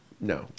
No